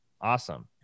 Awesome